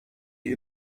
die